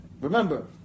remember